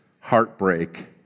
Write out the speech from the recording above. heartbreak